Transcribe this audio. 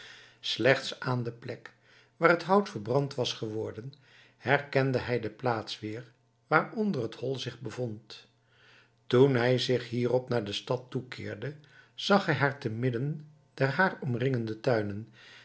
slechts aan de plek waar het hout verbrand was geworden herkende hij de plaats weer waaronder het hol zich bevond toen hij zich hierop naar de stad toekeerde zag hij haar te midden der haar omringende tuinen